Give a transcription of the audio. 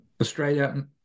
Australia